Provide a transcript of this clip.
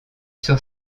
sur